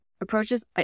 approaches